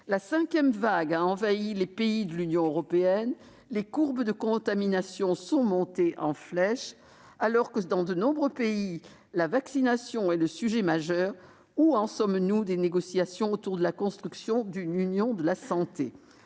La cinquième vague a submergé les États membres de l'Union européenne, où les courbes de contaminations montent en flèche. Alors que, dans de nombreux pays, la vaccination est le sujet majeur, où en sommes-nous des négociations autour de la construction d'une Union de la santé ?